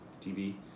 TV